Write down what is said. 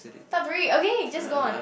top three okay just go on